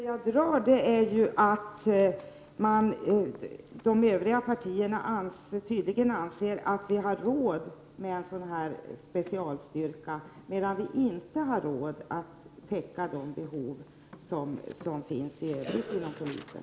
Herr talman! De slutsatser jag drar är ju att de övriga partierna tydligen anser att vi har råd med en sådan här specialstyrka, medan vi inte har råd att täcka de behov som finns i övrigt inom polisen.